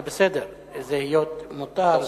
זה בסדר, זה מותר.